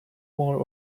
more